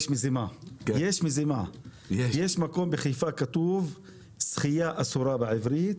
בחיפה יש מקום שכתוב "שחייה אסורה" בעברית,